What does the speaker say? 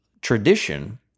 tradition